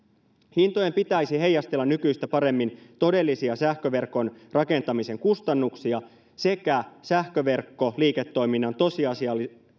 hintojen pitäisi heijastella nykyistä paremmin todellisia sähköverkon rakentamisen kustannuksia sekä sähköverkkoliiketoiminnan tosiasiallisesti